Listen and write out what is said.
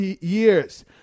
years